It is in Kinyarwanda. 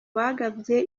bagabye